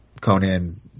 Conan